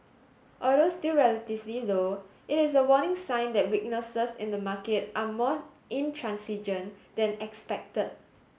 although still relatively low it is a warning sign that weaknesses in the market are more intransigent than expected